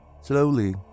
Slowly